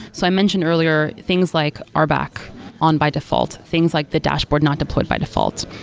so i mentioned earlier, things like are back on by default things like the dashboard not deployed by default.